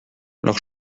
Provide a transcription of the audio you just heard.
leurs